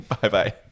Bye-bye